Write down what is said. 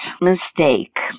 mistake